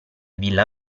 villa